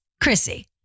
Chrissy